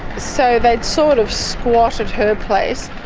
so they'd sort of squat at her place.